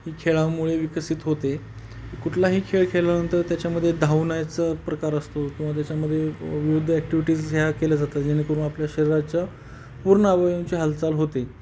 ही खेळामुळे विकसित होते कुठलाही खेळ खेळल्यानंतर त्याच्यामध्ये धावण्याचा प्रकार असतो किंवा त्याच्यामध्ये विविध ॲक्टिव्हिटीज ह्या केल्या जातात जेणेकरून आपल्या शरीराच्या पूर्ण अवयवांचे हालचाल होते